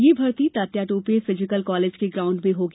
यह भर्ती Tatya Tope physical college के ग्राउण्ड में होगी